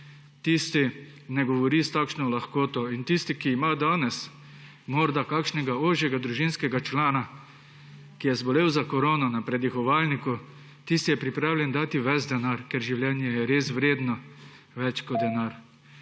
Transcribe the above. tisti ne govori s takšno lahkoto. In tisti, ki ima danes morda kakšnega ožjega družinskega člana, ki je zbolel za korono, ki je na predihovalniku, tisti je pripravljen dati ves denar, ker življenje je res vredno več kot denar.